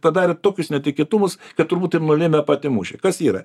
padarė tokius netikėtumus kad turbūt ir nulėmė patį mušį kas yra